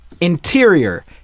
Interior